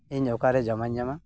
ᱤᱧ ᱚᱠᱟᱨᱮ ᱡᱟᱢᱟᱧ ᱧᱟᱢᱟ